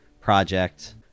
project